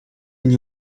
nie